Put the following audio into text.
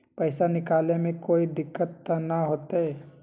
पैसा निकाले में कोई दिक्कत त न होतई?